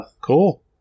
Cool